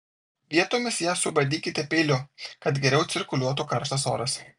vietomis ją subadykite peiliu kad geriau cirkuliuotų karštas oras